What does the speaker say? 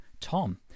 Tom